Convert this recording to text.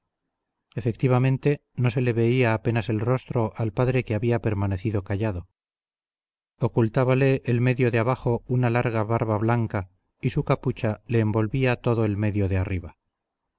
efectivamente no se le veía apenas rostro al padre que había permanecido callado ocultábale el medio de abajo una larga barba blanca y su capucha le envolvía todo el medio de arriba